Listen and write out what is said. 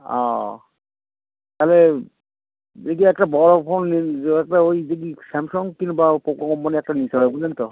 ও তালে দেখি একটা বড়ো ফোন একটা ওই দেখি স্যামসং কিংবা পোকো কম্পানি একটা নিতে হবে বুঝলেন তো